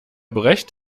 brecht